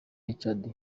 richard